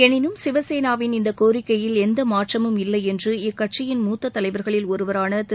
எனினும் சிவசேனாவின் இந்த கோரிக்கையில் எந்த மாற்றமும் இல்லை என்று இக்கட்சியின் மூத்த தலைவர்களில் ஒருவரான திரு